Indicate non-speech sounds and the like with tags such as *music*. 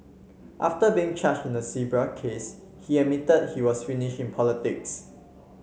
after being charged in the *unintelligible* case he admitted that he was finished in politics